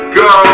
go